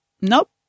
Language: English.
Nope